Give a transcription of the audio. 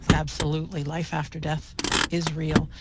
absolutely, life-after-death is real.